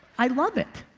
i love it.